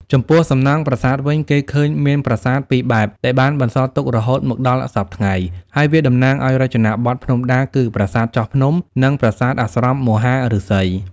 ចំពោះសំណង់ប្រាសាទវិញ គេឃើញមានប្រាសាទ ពីរបែបដែលបានបន្សល់ទុករហូតមកដល់សព្វថ្ងៃ ហើយវាតំណាងឱ្យរចនាបថភ្នំដា គឺ ប្រាសាទចោះភ្នំ និងប្រាសាទអាស្រមមហាឫសី។